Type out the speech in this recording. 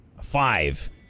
Five